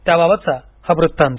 त्याबाबतचा हा वृत्तांत